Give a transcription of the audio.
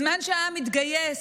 בזמן שהעם התגייס,